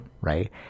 right